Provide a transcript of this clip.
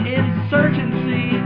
insurgency